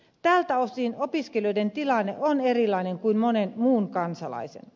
tältä osin opiskelijoiden tilanne on erilainen kuin monen muun kansalaisen